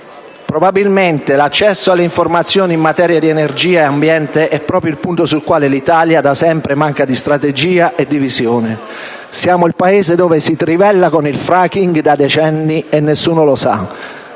Probabilmente, l'accesso alle informazioni in materia di energia e ambiente è proprio il punto sul quale l'Italia da sempre manca di strategia e di visione. Siamo il Paese dove si trivella con il *fracking* da decenni e nessuno lo sa;